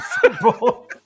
football